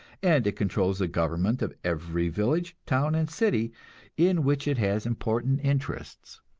and it controls the government of every village, town and city in which it has important interests.